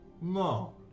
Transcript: no